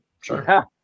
sure